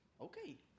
Okay